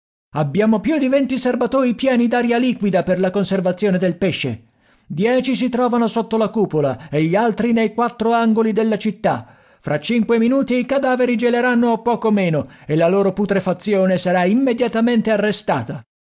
abbiamo più di venti serbatoi pieni d'aria liquida per la conservazione del pesce dieci si trovano sotto la cupola e gli altri nei quattro angoli della città fra cinque minuti i cadaveri geleranno o poco meno e la loro putrefazione sarà immediatamente arrestata